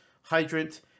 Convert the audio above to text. hydrant